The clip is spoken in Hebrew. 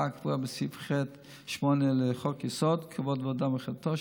הקבועה בסעיף 8 לחוק-יסוד: כבוד האדם וחירותו,